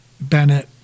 Bennett